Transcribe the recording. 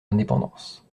indépendance